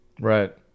Right